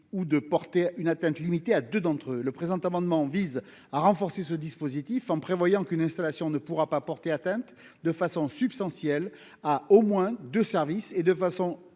ou une atteinte limitée à deux d'entre eux. Le présent amendement vise à renforcer ce dispositif, en prévoyant qu'une installation ne pourra pas porter atteinte de façon substantielle à au moins deux services et de façon